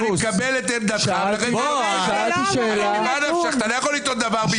מה שהשתנה זה השחקנים בהצגה.